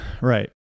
Right